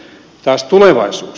taas tulevaisuus